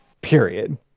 Period